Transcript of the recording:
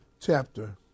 chapter